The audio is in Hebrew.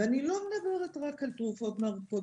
ואני לא מדברת רק על תרופות נרקוטיות,